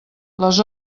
les